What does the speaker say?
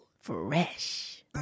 Fresh